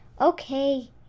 Okay